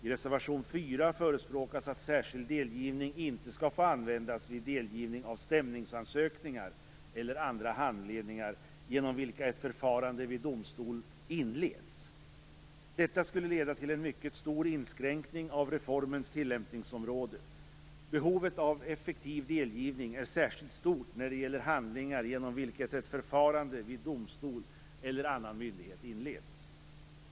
I reservation 4 förespråkas att särskild delgivning inte skall få användas vid delgivning av stämningsansökningar eller andra handlingar genom vilka ett förfarande vid domstol inleds. Detta skulle leda till en mycket stor inskränkning av reformens tillämpningsområde. Behovet av effektiv delgivning är särskilt stort när det gäller handlingar genom vilket ett förfarande vid domstol eller annan myndighet inleds.